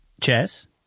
Chess